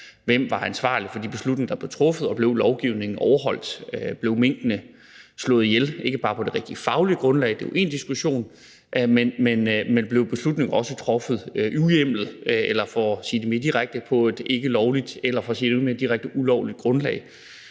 der var ansvarlig for de beslutninger, der blev truffet, og om lovgivningen blev overholdt – og ikke bare, om minkene blev slået ihjel på det rigtige faglige grundlag, hvilket jo er én diskussion – eller om beslutningen blev truffet uhjemlet, eller for at sige det mere direkte, på et ikkelovligt, eller for at sige det endnu mere direkte, ulovligt grundlag.